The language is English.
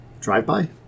drive-by